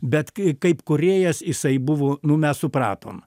bet kai kaip kūrėjas jisai buvo nu mes supratom